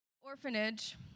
Orphanage